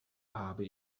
habe